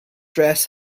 dress